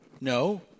No